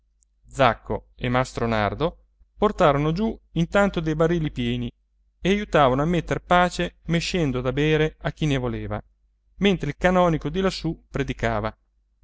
zacco e mastro nardo portarono giù intanto dei barili pieni e aiutavano a metter pace mescendo da bere a chi ne voleva mentre il canonico di lassù predicava